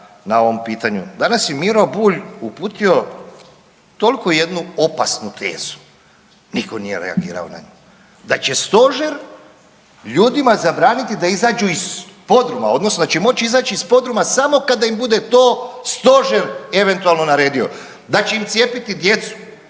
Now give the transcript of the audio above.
na ovom pitanju. Danas je Miro Bulj uputio tolko jednu opasnu tezu, niko nije reagirao na nju, da će stožer ljudima zabraniti da izađu iz podruma odnosno da će moći izaći iz podruma samo kada im bude to stožer eventualno naredio, da će im cijepiti djecu,